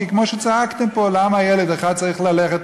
כי כמו שצעקתם פה: למה ילד אחד צריך ללכת,